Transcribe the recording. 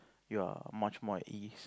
you're much more at ease